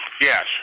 Yes